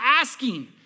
asking